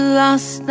lost